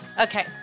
Okay